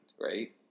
right